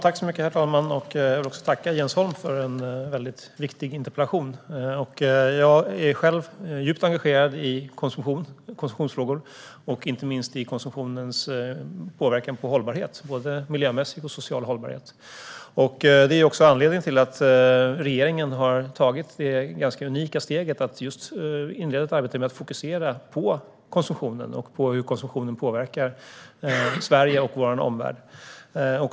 Herr talman! Jag vill tacka Jens Holm för en väldigt viktig interpellation. Jag är själv djupt engagerad i konsumtionsfrågor, och inte minst i konsumtionens påverkan på både miljömässig och social hållbarhet. Det är också anledningen till att regeringen har tagit det ganska unika steget att inleda ett arbete med att fokusera på konsumtionen och hur den påverkar Sverige och vår omvärld.